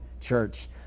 church